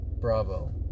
Bravo